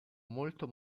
molto